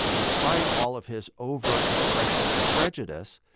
despite all of his overt expressions of prejudice,